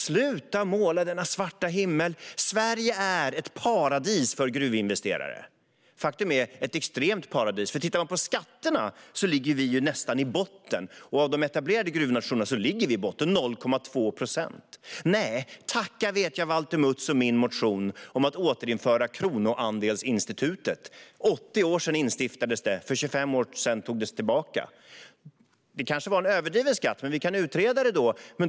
Sluta att måla denna svarta himmel! Sverige är ett paradis för gruvinvesterare. Faktum är att det är ett extremt paradis. Tittar man på skatterna ligger vi nästan i botten. Av de etablerade gruvnationerna ligger vi i botten med 0,2 procent. Nej, tacka vet jag Valter Mutts och min motion om att återinföra kronoandelsinstitutet! Det instiftades för 80 år sedan, och för 25 år sedan togs det tillbaka. Det kanske var en överdriven skatt, men vi kan utreda det.